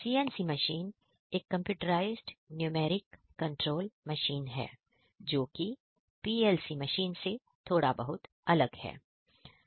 CNC machine एक computerised numeric control machine है जो कि PLC मशीन से अलग है